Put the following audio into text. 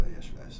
yesterday